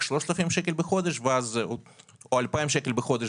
3,000 שקל בחודש או 2,000 שקל בחודש,